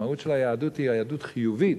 המהות של היהדות היא יהדות חיובית.